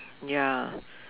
ya